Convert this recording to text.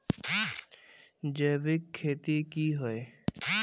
जैविक खेती की होय?